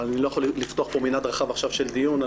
אבל אני לא יכול לפתוח פה מנעד רחב עכשיו של דיון.